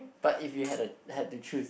but if you had a had to choose